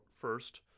first